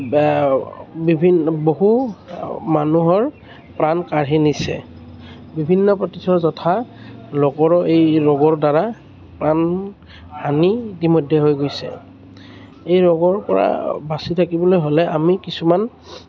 বা বিভিন্ন বহু মানুহৰ প্ৰাণ কাঢ়ি নিছে বিভিন্ন প্ৰথিতযশা লোকৰো এই ৰোগৰ দ্বাৰা প্ৰাণহানি ইতিমধ্যে হৈ গৈছে এই ৰোগৰ পৰা বাচি থাকিবলৈ হ'লে আমি কিছুমান